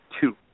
two